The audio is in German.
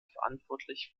verantwortlich